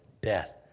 death